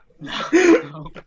no